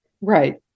Right